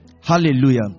Hallelujah